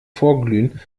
vorglühen